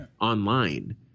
online